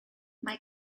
mae